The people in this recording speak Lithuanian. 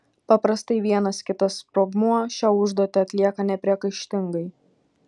paprastai vienas kitas sprogmuo šią užduotį atlieka nepriekaištingai